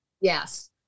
Yes